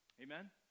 Amen